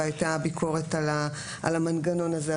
והייתה ביקורת על המנגנון הזה.